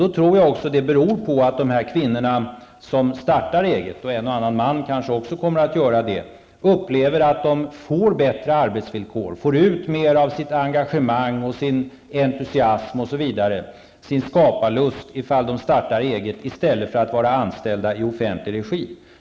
Då tror jag att det beror på att de kvinnor som startar eget -- en och annan man kanske också kommer att göra det -- upplever att de får bättre arbetsvillkor, får ut mer av sitt engagemang och sin entusiasm och skaparlust ifall de startar eget i stället för att vara anställda i offentlig regi.